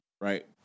right